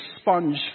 sponge